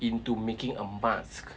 into making a mask